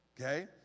okay